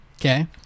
Okay